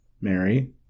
Mary